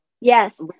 Yes